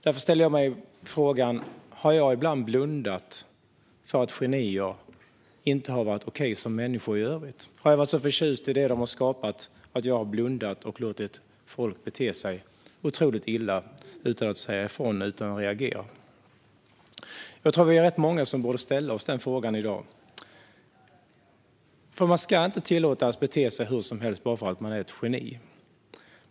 Därför ställer jag mig frågan: Har jag ibland blundat för att genier inte varit okej som människor i övrigt? Har jag varit så förtjust i det de skapat att jag har blundat och låtit folk bete sig otroligt illa utan att säga ifrån, utan att reagera? Jag tror att vi är rätt många som borde ställa oss den frågan i dag. Man ska inte tillåtas bete sig hur som helst bara för att man är ett geni.